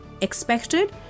expected